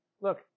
look